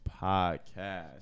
podcast